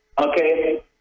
Okay